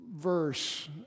verse